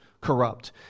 corrupt